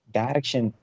direction